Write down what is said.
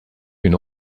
been